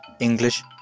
English